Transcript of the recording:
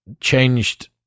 changed